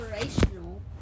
inspirational